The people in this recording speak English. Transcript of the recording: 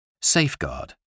Safeguard